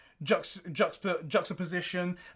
juxtaposition